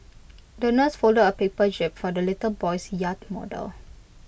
the nurse folded A paper jib for the little boy's yacht model